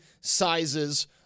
sizes